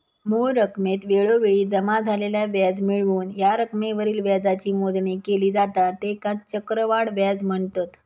मूळ रकमेत वेळोवेळी जमा झालेला व्याज मिळवून या रकमेवरील व्याजाची मोजणी केली जाता त्येकाच चक्रवाढ व्याज म्हनतत